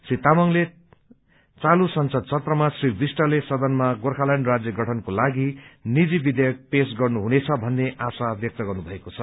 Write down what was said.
श्री तामाङले चालु संसद सत्रमा श्री विष्टले सदनमा गोर्खाल्याण्ड राज्य गठनको लागि निजी विधेयक पेश गर्नु हुनेछ भन्ने आशा व्यक्त गर्नुभएको छ